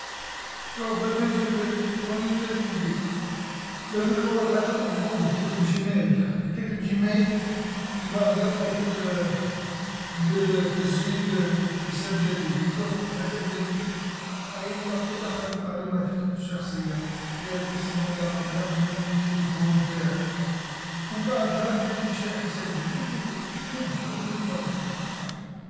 شوف باه تنشأ البريد الالكتروني واش لازم دير، لازمك أول حاجه تروح لجوجل تكتب جيمايل، كي تكتب جيمايل، من بعدها تروح ل دير تسجيل حساب جديد، تروح لحساب جديد، هايا من بعد تدخل معلوماتك الشخصية، قال اسم واللقب رقم التليفون تاعك ومن بعدها دير إنشاء حساب جديد و تنشؤو و بالبركة عليك بصحتك.